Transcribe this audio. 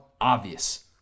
Obvious